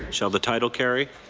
shall the title carry?